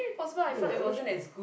wait wait I watch quite